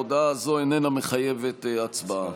ההודעה הזו איננה מחייבת הצבעה.